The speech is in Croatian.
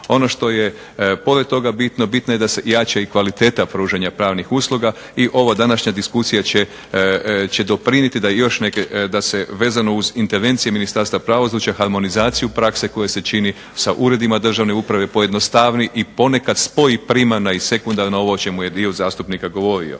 Ono što je pored toga bitno, bitno je da se jača i kvaliteta pružanja pravnih usluga i ova današnja diskusija će doprinijeti da se vezano uz intervencije Ministarstva pravosuđa, harmonizaciju prakse koja se čini sa uredima državne uprave pojednostavi i ponekad spoji primarna i sekundarna, ovo o čemu je dio zastupnika govorio.